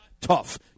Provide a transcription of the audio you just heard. tough